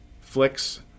flicks